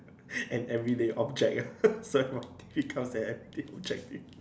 an everyday object ah some here comes an everyday object ready